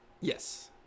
Yes